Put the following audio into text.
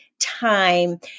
time